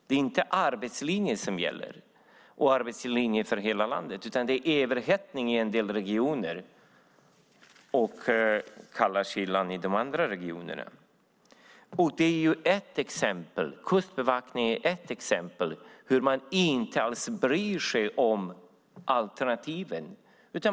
Det är inte arbetslinjen för hela landet som gäller utan det är överhettning i en del regioner och isande kyla i de andra regionerna. Kustbevakningen är ett exempel på hur man inte alls bryr sig om alternativen.